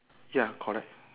ya correct